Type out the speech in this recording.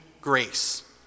grace